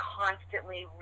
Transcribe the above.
constantly